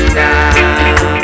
now